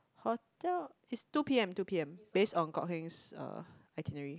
hotel it's two p_m two p_m based on Kok-Heng's um itinerary